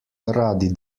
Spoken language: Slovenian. radi